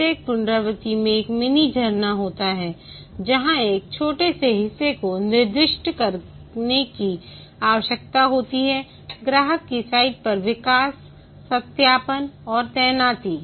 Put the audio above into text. प्रत्येक पुनरावृत्ति में एक मिनी झरना होता है जहां एक छोटे से हिस्से को निर्दिष्ट करने की आवश्यकता होती है ग्राहक की साइट पर विकास सत्यापन और तैनाती